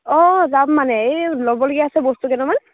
অঁ যাম মানে এই ল'বলগীয়া আছে বস্তু কেইটামান